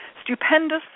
Stupendous